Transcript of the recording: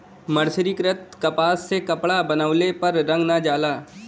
मर्सरीकृत कपास से कपड़ा बनवले पर रंग ना जाला